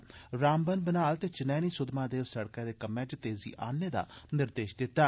'रामबन बनिहाल' ते 'चनैनी सुद्महादेव' सड़कै दे कम्मै च तेजी आनने दा निर्देश दित्ता